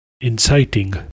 Inciting